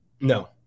No